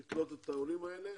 מעוניינת לקלוט את העולים האלה